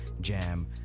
jam